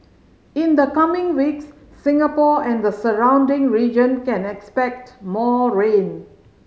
in the coming weeks Singapore and the surrounding region can expect more rain